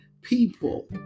people